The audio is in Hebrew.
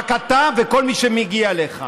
רק אתה וכל מי שמגיע אליך.